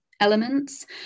elements